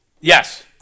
Yes